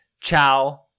Ciao